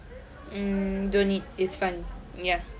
mm don't need it's fine ya